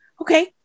okay